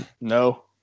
No